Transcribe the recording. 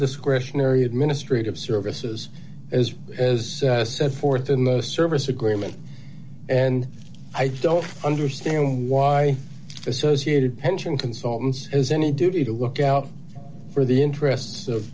discretionary administrative services as as set forth in the service agreement and i don't understand why associated pension consultants as any duty to look out for the interests of